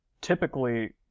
typically